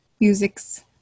Musics